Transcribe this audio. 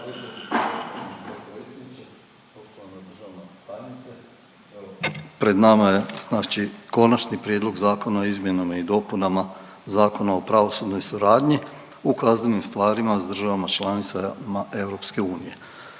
pred nama je znači Konačni prijedlog Zakona o izmjenama i dopunama Zakona o pravosudnoj suradnji u kaznenim stvarima s državama članicama EU.